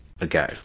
ago